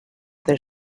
their